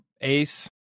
Ace